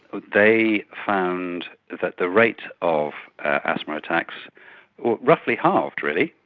they found that the rate of asthma attacks roughly halved really,